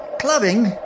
Clubbing